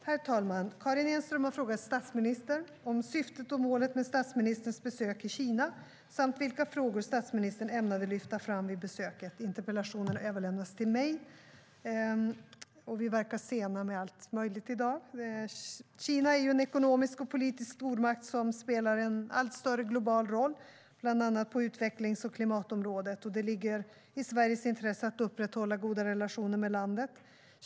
Herr talman! Karin Enström har frågat statsministern om syftet och målet med statsministerns besök i Kina samt vilka frågor statsministern ämnade lyfta fram vid besöket. Interpellationen har överlämnats till mig, och vi verkar vara sena med allt möjligt i dag. Kina är en ekonomisk och politisk stormakt som spelar en allt större global roll, bland annat på utvecklings och klimatområdet. Det ligger i Sveriges intresse att upprätthålla goda relationer med landet.